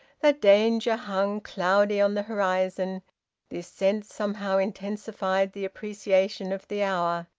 that danger hung cloudy on the horizon this sense somehow intensified the appreciation of the hour,